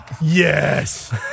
Yes